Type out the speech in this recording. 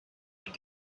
and